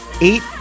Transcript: eight